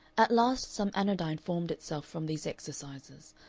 at last some anodyne formed itself from these exercises,